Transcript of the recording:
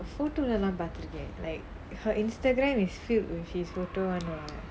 photo லதான் பாத்து இருக்கான்:lathaan paathu irukkaan like her Instagram is filled with his photo [one] ah